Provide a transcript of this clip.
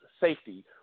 safety